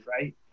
right